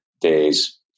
days